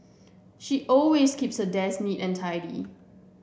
she always keeps her desk neat and tidy